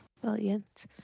Brilliant